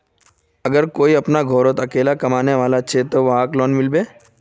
अगर कोई अपना घोरोत अकेला कमाने वाला होचे ते वहाक लोन मिलबे?